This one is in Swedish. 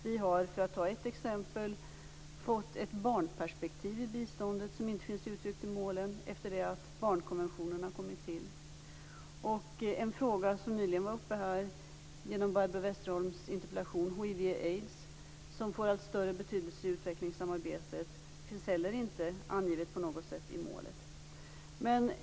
Vi har, för att ta ett exempel, fått ett barnperspektiv i biståndet som inte finns uttryckt i målen efter det att barnkonventionen har kommit till. En fråga som nyligen var uppe här genom Barbro Westerholms interpellation, hiv och aids som får allt större betydelse i utvecklingssamarbetet, finns heller inte angiven på något sätt i målet.